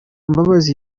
mbabazi